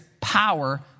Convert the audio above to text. power